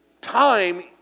time